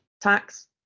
tax